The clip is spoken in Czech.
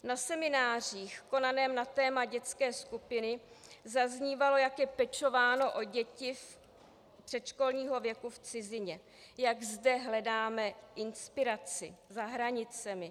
Na seminářích konaných na téma dětské skupiny zaznívalo, jak je pečováno o děti předškolního věku v cizině, jak zde hledáme inspiraci, za hranicemi.